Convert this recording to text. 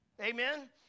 amen